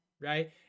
right